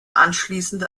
anschließend